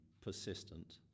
persistent